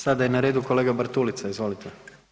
Sada je na redu kolega Bartulica, izvolite.